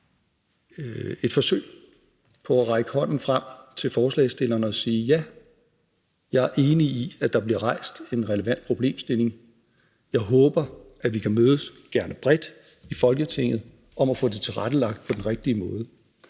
et forsøg på at række hånden frem til forslagsstillerne og sige: Ja, jeg er enig i, at der bliver rejst en relevant problemstilling. Jeg håber, vi kan mødes, gerne bredt, i Folketinget om at få det tilrettelagt på den rigtige måde.